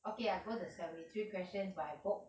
okay I go the seventy three questions by book